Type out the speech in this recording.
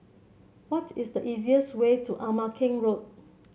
what is the easiest way to Ama Keng Road